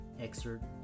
excerpt